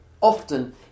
often